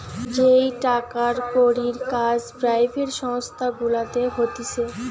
যেই টাকার কড়ির কাজ পেরাইভেট সংস্থা গুলাতে হতিছে